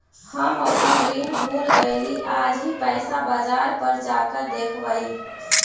हम अपन ऋण भूल गईली आज ही पैसा बाजार पर जाकर देखवई